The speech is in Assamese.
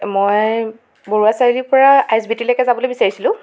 মই বৰুৱা চাৰিআলিৰ পৰা আই এছ বি টি লৈকে যাবলৈ বিচাৰিছিলো